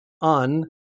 Un